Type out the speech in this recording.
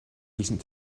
decent